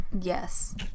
yes